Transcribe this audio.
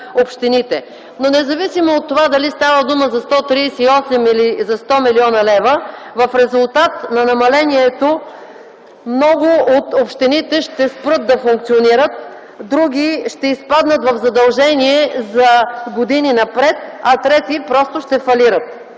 Независимо дали става дума за 138 или 100 млн. лв., в резултат на намалението много от общините ще спрат да функционират, други ще изпаднат в задължения за години напред, а трети просто ще фалират.